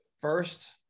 first